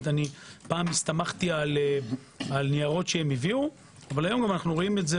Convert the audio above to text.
פעם הסתמכתי על ניירות שהם הביאו והיום אנו רואים את זה